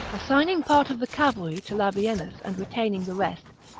assigning part of the cavalry to labienus and retaining the rest,